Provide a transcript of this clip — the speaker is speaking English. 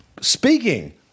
Speaking